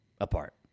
apart